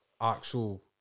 actual